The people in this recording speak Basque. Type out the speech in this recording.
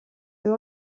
edo